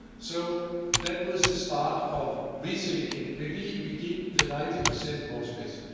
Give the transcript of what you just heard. so that was the start of rethinking, maybe we give the ninety percent more space.